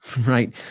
Right